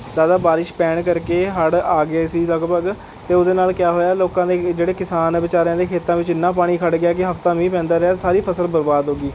ਜ਼ਿਆਦਾ ਬਾਰਿਸ਼ ਪੈਣ ਕਰਕੇ ਹੜ੍ਹ ਆ ਗਏ ਸੀ ਲਗਭਗ ਅਤੇ ਉਹਦੇ ਨਾਲ ਕਿਆ ਹੋਇਆ ਲੋਕਾਂ ਦੇ ਜਿਹੜੇ ਕਿਸਾਨ ਵਿਚਾਰਿਆਂ ਦੇ ਖੇਤਾਂ ਵਿੱਚ ਐਨਾ ਪਾਣੀ ਖੜ੍ਹ ਗਿਆ ਕਿ ਹਫ਼ਤਾ ਮੀਂਹ ਪੈਂਦਾ ਰਿਹਾ ਸਾਰੀ ਫ਼ਸਲ ਬਰਬਾਦ ਹੋ ਗਈ